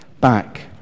back